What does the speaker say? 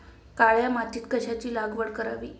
काळ्या मातीत कशाची लागवड करावी?